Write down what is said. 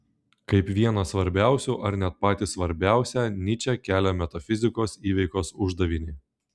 kaip vieną svarbiausių ar net patį svarbiausią nyčė kelia metafizikos įveikos uždavinį